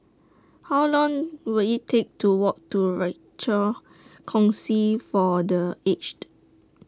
How Long Will IT Take to Walk to Rochor Kongsi For The Aged